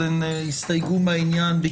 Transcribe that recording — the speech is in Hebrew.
הן הסתייגו מהעניין.